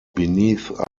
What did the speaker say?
beneath